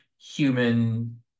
human